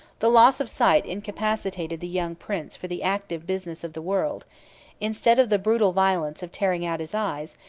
the loss of sight incapacitated the young prince for the active business of the world instead of the brutal violence of tearing out his eyes,